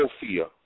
Sophia